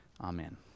Amen